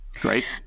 Great